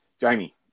Jamie